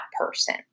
person